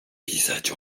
pisać